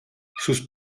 sus